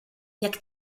jak